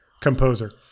composer